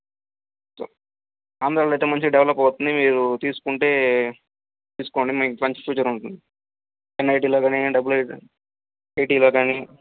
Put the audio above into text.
ఆంధ్రాలో అయితే మంచిగా డెవలప్ అవుతుంది మీరు తీసుకుంటే తీసుకోండి మీకు మంచి ఫ్యూచర్ ఉంటుంది ఎన్ఐటిలో కానీ డబల్ఐటి ఐటిలో కానీ